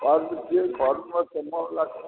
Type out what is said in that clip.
अर्घ्य के घर मे सामान लऽ कऽ